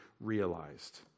realized